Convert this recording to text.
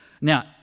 Now